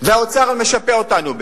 והאוצר משפה אותנו בזה.